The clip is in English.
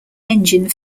engine